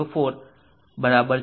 04 બરાબર છે